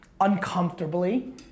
uncomfortably